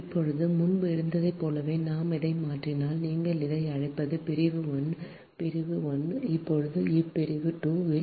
இப்போது முன்பு இருந்ததைப் போலவே நாம் இதை மாற்றினால் நீங்கள் இதை அழைப்பது பிரிவு 1 இது பிரிவு 1 இப்பொழுது இப்பிரிவு 2 இல் இது c a b c a b